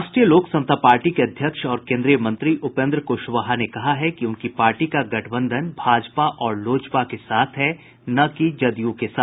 राष्ट्रीय लोक समता पार्टी के अध्यक्ष और केन्द्रीय मंत्री उपेन्द्र क्शवाहा ने कहा है कि उनकी पार्टी का गठबंधन भाजपा और लोजपा के साथ है न कि जदयू के साथ